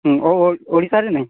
ଓଡ଼ିଶାରେ ନାହିଁ